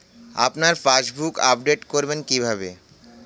আপনার passbook update করবেন কিভাবে?